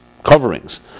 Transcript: Coverings